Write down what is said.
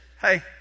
hey